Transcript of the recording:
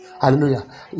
Hallelujah